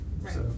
right